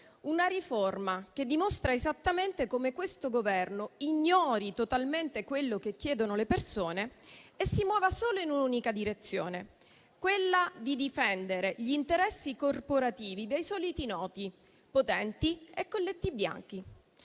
riforma dimostra esattamente come questo Governo ignori totalmente quello che chiedono le persone e si muova solo in un'unica direzione: quella di difendere gli interessi corporativi dei soliti noti, cioè potenti e colletti bianchi.